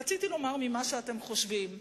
רציתי לומר ממה שאתם חושבים,